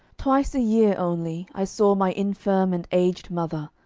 twice a year only i saw my infirm and aged mother,